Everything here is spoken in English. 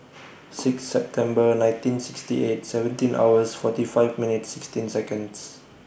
six September nineteen sixty eight seventeen hours forty five minutes sixteen Seconds